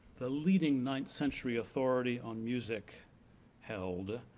the leading ninth century authority on music held.